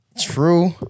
True